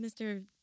Mr